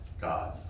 God